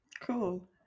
Cool